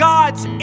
God's